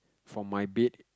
from my bed